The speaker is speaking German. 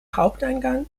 haupteingang